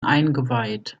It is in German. eingeweiht